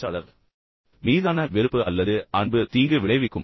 பேச்சாளர் மீதான வெறுப்பு அல்லது அன்பு இரண்டும் தீங்கு விளைவிக்கும்